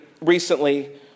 recently